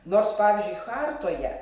nors pavyzdžiui chartoje